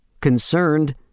concerned